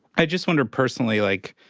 i just wonder personally, like,